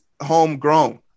homegrown